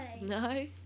No